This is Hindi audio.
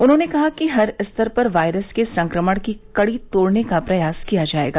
उन्होंने कहा कि हर स्तर पर वायरस के संक्रमण की कड़ी तोड़ने का प्रयास किया जाएगा